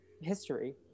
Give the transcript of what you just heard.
history